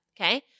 Okay